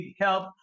help